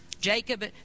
Jacob